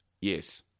Yes